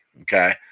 Okay